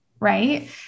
Right